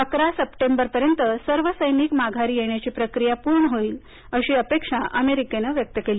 अकरा सप्टेंबरपर्यन्त सर्व सैनिक माघारी येण्याची प्रक्रिया पूर्ण होईल अशी अपेक्षा अमेरिकेनं व्यक्त केली